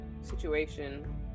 situation